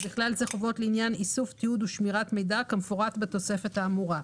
ובכלל זה חובות לעניין איסוף ותיעוד ושמירת מידע כמפורט בתוספת האמורה.